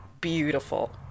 Beautiful